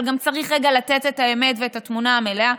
אבל גם צריך רגע לתת את האמת ואת התמונה המלאה.